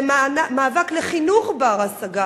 זה מאבק לחינוך בר-השגה,